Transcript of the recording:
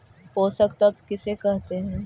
पोषक तत्त्व किसे कहते हैं?